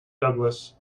douglas